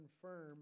confirm